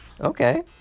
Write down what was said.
Okay